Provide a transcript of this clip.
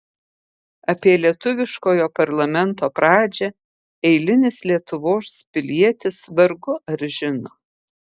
apie lietuviškojo parlamento pradžią eilinis lietuvos pilietis vargu ar žino